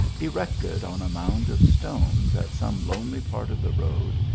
erected on a mound of stones at some lonely part of the road,